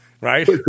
right